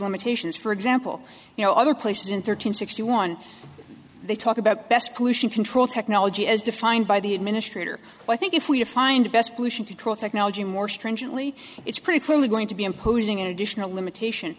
limitations for example you know other places in thirteen sixty one they talk about best pollution control technology as defined by the administrator i think if we defined best pollution control technology more stringently it's pretty clearly going to be imposing an additional limitation